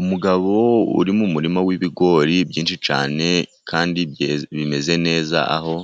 Umugabo uri mu muririma w'ibigori byinshi cyane kandi bimeze neza, aho